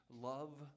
love